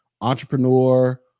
entrepreneur